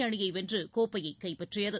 அணியை வென்று கோப்பையை கைப்பற்றியது